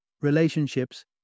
relationships